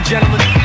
gentlemen